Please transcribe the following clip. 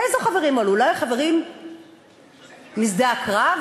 איזה חברים אלו, אולי חברים משדה הקרב?